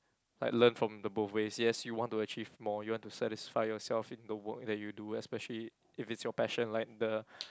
like learn from the both ways yes you want to achieve more you want to satisfy yourself in the work that you do especially if it's your passion like the